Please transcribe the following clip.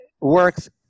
works